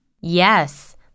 Yes